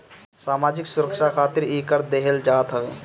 सामाजिक सुरक्षा खातिर इ कर देहल जात हवे